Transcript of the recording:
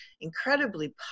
incredibly